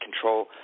Control